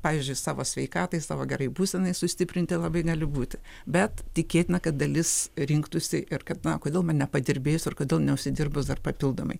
pavyzdžiui savo sveikatai savo gerai būsenai sustiprinti labai gali būti bet tikėtina kad dalis rinktųsi ir kad na kodėl man nepadirbėjus ir kodėl neužsidirbus dar papildomai